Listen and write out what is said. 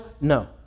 No